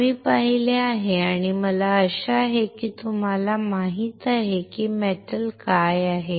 आम्ही पाहिले आहे आणि मला आशा आहे की तुम्हाला माहित आहे की मेटल काय आहेत